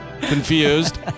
Confused